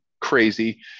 crazy